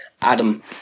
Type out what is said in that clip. Adam